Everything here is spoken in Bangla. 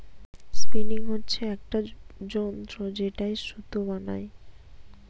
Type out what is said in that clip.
স্পিনিং হচ্ছে একটা যন্ত্র যেটায় সুতো বানাই